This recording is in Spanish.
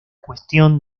cuestión